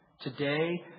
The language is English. Today